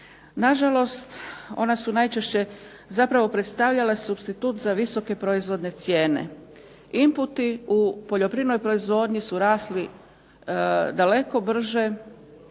Na žalost, ona su najčešće zapravo predstavljala supstitut za visoke proizvodne cijene. Inputi u poljoprivrednoj proizvodnji su rasli daleko brže.